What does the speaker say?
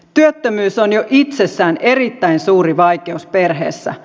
työttömyys on jo itsessään erittäin suuri vaikeus perheessä